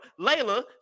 Layla